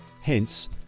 Hence